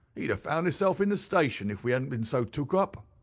he'd ha' found hisself in the station if we hadn't been so took up.